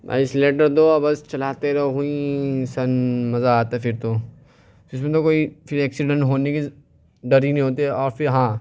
accelerator دو اور بس چلاتے رہو ہویں سن مزہ آتا ہے پھر تو پھر اس میں کوئی پھر ایکسیڈنٹ ہونے کی ڈر ہی نہیں ہوتی اور پھر ہاں